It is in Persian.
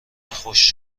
خوش